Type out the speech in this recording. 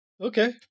okay